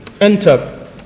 enter